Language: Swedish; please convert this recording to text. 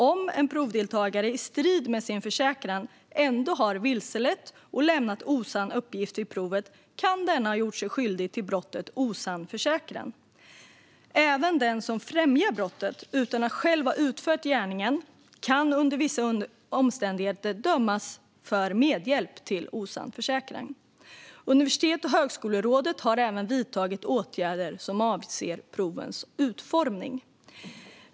Om en provdeltagare i strid med sin försäkran ändå har vilselett och lämnat osann uppgift vid provet kan denne ha gjort sig skyldig till brottet osann försäkran . Även den som främjar brottet utan att själv ha utfört gärningen kan under vissa omständigheter dömas för medhjälp till osann försäkran. Universitets och högskolerådet har även vidtagit åtgärder som avser provens utformning.